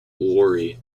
lori